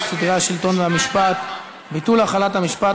סדרי השלטון והמשפט (ביטול החלת המשפט,